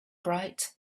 bright